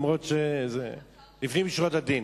אף-על-פי שזה לפנים משורת הדין.